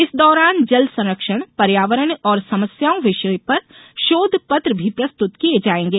इस दौरान जल संरक्षण पर्यावरण और समस्याओं विषय पर शोध पत्र भी प्रस्तृत किये जाएंगे